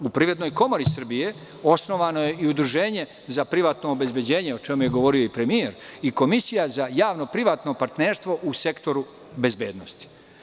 U Privrednoj komori Srbije osnovano je i Udruženje za privatno obezbeđenje, o čemu je govorio i premijer, kao i Komisija za javno privatno partnerstvo u sektoru bezbednosti.